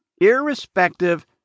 irrespective